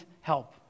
help